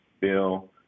Bill